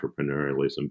entrepreneurialism